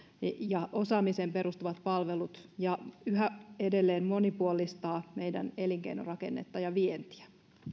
ja osaamiseen perustuvat palvelut ja yhä edelleen monipuolistaa meidän elinkeinorakennetta ja vientiä